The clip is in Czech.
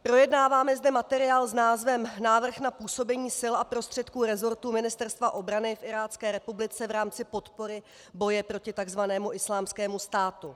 Projednáváme zde materiál s názvem Návrh na působení sil a prostředků resortu Ministerstva obrany v Irácké republice v rámci podpory boje proti takzvanému Islámskému státu.